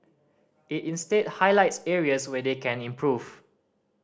it instead highlights areas where they can improve